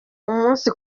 umunsi